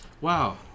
Wow